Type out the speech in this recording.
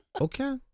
Okay